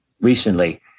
recently